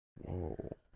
Whoa